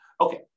Okay